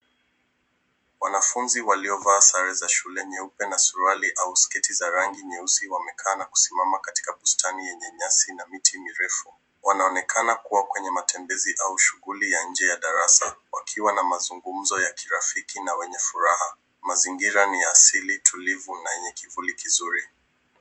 Wanafunzi waliovaa sare za shule nyeupe na suruali au sketi za rangi nyeusi wamekaa na kusimama katika bustani yenye nyasi na miti mirefu. Wanaonekana kuwa kwenye matembezi au shughuli ya nje ya darasa wakiwa mazungumzo ya kirafiki na wenye furaha. Mazingira ni ya asili tulivu na yenye kivuli kizuri.